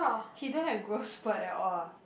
he don't have growth spurt at all ah